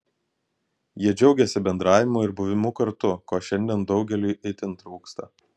jie džiaugėsi bendravimu ir buvimu kartu ko šiandien daugeliui itin trūksta